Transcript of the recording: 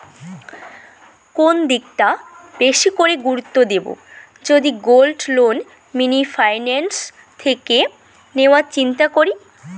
কোন দিকটা বেশি করে গুরুত্ব দেব যদি গোল্ড লোন মিনি ফাইন্যান্স থেকে নেওয়ার চিন্তা করি?